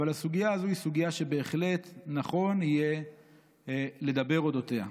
אבל הסוגיה הזו היא סוגיה שבהחלט נכון יהיה לדבר אל אודותיה.